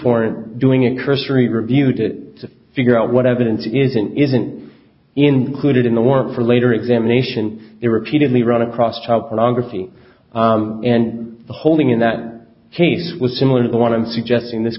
warrant doing a cursory review that to figure out what evidence isn't isn't included in the warrant for later examination it repeatedly run across child pornography and the holding in that case was similar to the one i'm suggesting this